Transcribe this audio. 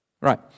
right